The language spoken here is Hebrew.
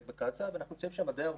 בקצא"א, ואנחנו נמצאים שם די הרבה.